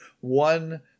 one